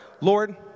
Lord